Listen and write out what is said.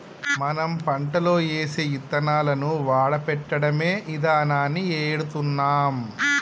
మనం పంటలో ఏసే యిత్తనాలను వాడపెట్టడమే ఇదానాన్ని ఎడుతున్నాం